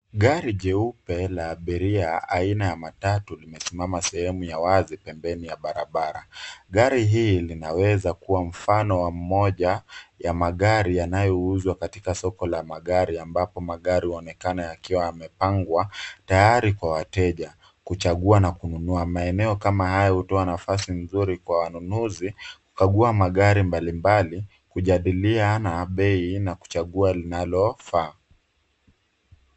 Gari jeupe la abiria aina ya matatu limesimama sehemu ya wazi pembeni ya barabara. Gari hii linaweza kuwa mfano wa moja ya magari yanayouzwa katika soko la magari ambapo magari huonekana yakiwa yamepangwa tayari kwa wateja; kuchagua na kununua. Maeneo kama hayo hutoa nafasi nzuri kwa wanunuzi kukagua magari mbalimbali, kujadiliana bei na kuchagua linalofaa.